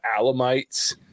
alamites